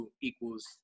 equals